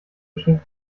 geschenk